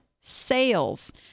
sales